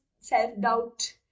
self-doubt